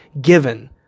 given